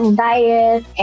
diet